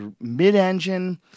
mid-engine